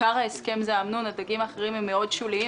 עיקר ההסכם זה האמנון, הדגים האחרים שוליים מאוד.